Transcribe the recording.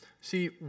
see